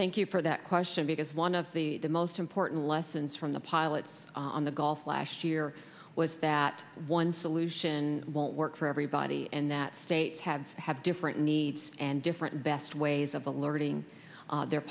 thank you for that question because one of the most important lessons from the pilots on the gulf last year was that one solution won't work for everybody and that states have to have different needs and different best ways of alerting their